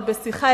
אבל בשיחה,